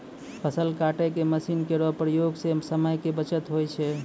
फसल काटै के मसीन केरो प्रयोग सें समय के बचत होय छै